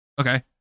Okay